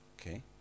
Okay